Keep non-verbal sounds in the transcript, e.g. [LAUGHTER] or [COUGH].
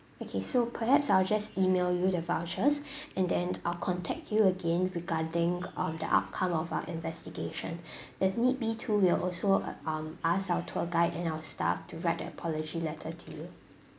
okay so perhaps I'll just email you the vouchers [BREATH] and then I'll contact you again regarding on the outcome of our investigation [BREATH] if need be to we'll also uh um ask our tour guide and our staff to write a apology letter to you